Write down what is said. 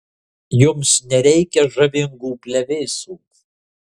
jums nereikia žavingų plevėsų